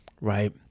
right